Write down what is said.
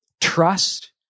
trust